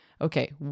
okay